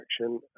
action